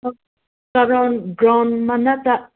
ground ꯃꯅꯥꯛꯇ